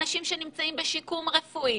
אנשים שנמצאים בשיקום רפואי,